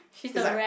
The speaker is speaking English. it's like